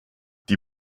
die